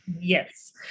Yes